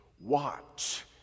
Watch